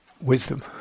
wisdom